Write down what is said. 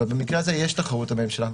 אבל במקרה הזה יש תחרות לממשלה,